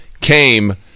came